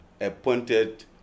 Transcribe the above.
appointed